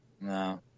No